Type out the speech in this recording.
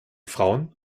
frauen